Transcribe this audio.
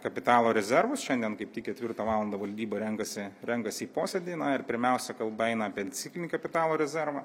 kapitalo rezervus šiandien kaip tik ketvirtą valandą valdyba renkasi renkasi į posėdį na ir pirmiausia kalba eina apie ciklinį kapitalo rezervą